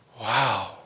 wow